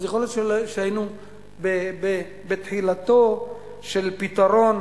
אז יכול להיות שהיינו בתחילתו של פתרון